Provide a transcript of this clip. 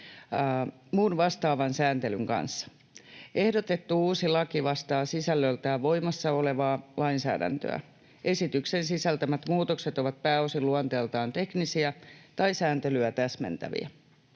muun vastaavan sääntelyn kanssa. Ehdotettu uusi laki vastaa sisällöltään voimassa olevaa lainsäädäntöä. Esityksen sisältämät muutokset ovat pääosin luonteeltaan teknisiä tai sääntelyä täsmentäviä.